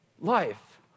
life